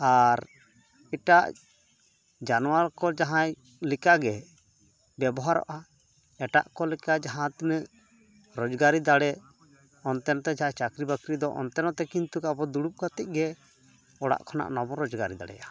ᱟᱨ ᱮᱴᱟᱜ ᱡᱟᱱᱣᱟᱨᱠᱚ ᱡᱟᱦᱟᱸᱭ ᱞᱮᱠᱟᱜᱮ ᱵᱮᱵᱚᱦᱟᱨᱚᱜᱼᱟ ᱮᱴᱟᱜᱠᱚ ᱞᱮᱠᱟ ᱡᱟᱦᱟᱸ ᱛᱤᱱᱟᱹᱜ ᱨᱳᱡᱽᱜᱟᱨᱤ ᱫᱟᱲᱮᱜ ᱚᱱᱛᱮ ᱱᱚᱛᱮ ᱪᱟᱹᱠᱨᱤ ᱵᱟᱹᱠᱨᱤᱫᱚ ᱚᱱᱛᱮ ᱱᱚᱛᱮ ᱠᱤᱱᱛᱩ ᱟᱵᱚ ᱫᱩᱲᱩᱵ ᱠᱟᱛᱮᱜᱮ ᱚᱲᱟᱜ ᱠᱷᱚᱱᱟᱜ ᱚᱱᱟᱵᱚ ᱨᱳᱡᱽᱜᱟᱨ ᱫᱟᱲᱮᱭᱟᱜᱼᱟ